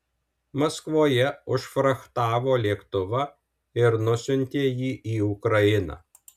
maskvoje užfrachtavo lėktuvą ir nusiuntė jį į ukrainą